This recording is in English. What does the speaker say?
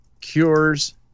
cures